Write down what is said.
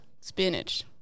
Spinach